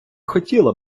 хотіла